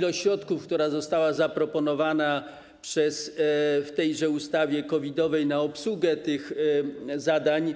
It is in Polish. Ilość środków, która została zaproponowana w tejże ustawie COVID-owej na obsługę tych zadań,